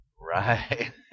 Right